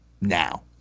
now